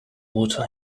water